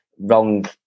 wrong